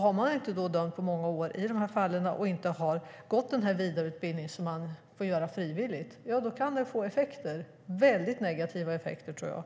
Har man då inte dömt i sådana fall på många år och inte gått vidareutbildningen, vilket man får göra frivilligt, kan det få effekter - väldigt negativa effekter, tror jag.